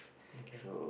okay